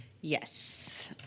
Yes